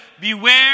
Beware